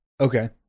Okay